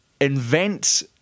invent